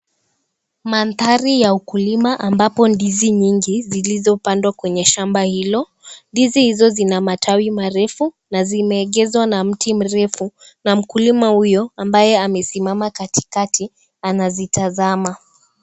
Mandhari ya wakulima ambapo ndizi nyingi zilizopandwa kwenye shamba hilo ndizi hizo zina matawi marefu na zimeegezwa na mti mrefu, na mkulima huyo ambaye amesimama katikati anazitazama.